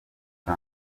nka